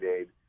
Aid